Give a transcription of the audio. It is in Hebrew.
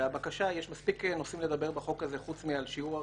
יש מספיק נושאים לדבר בחוק הזה מלבד שיעור הריבית,